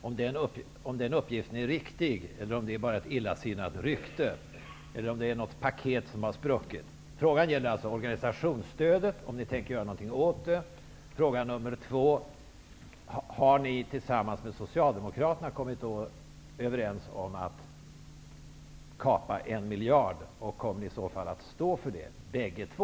Är den uppgiften riktig, eller är det bara ett illasinnat rykte, eller är det något paket som har spruckit? Den första frågan gäller alltså om ni tänker göra någonting åt organisationsstödet. Fråga nummer två är: Har ni tillsammans med Socialdemokraterna kommit överens om att kapa en miljard, och kommer ni i så fall att stå för det, bägge två?